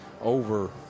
over